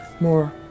more